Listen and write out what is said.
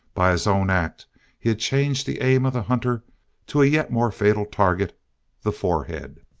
by his own act he had changed the aim of the hunter to a yet more fatal target the forehead.